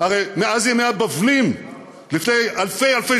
הרי מאז ימי הבבלים לפני אלפי אלפי